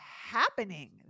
happening